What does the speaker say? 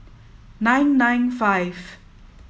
nine nine five